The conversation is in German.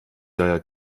daher